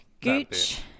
Gooch